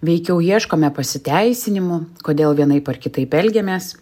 veikiau ieškome pasiteisinimų kodėl vienaip ar kitaip elgiamės